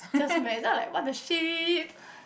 just went then I'm like what the shit